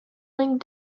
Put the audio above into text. laying